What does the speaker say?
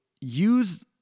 use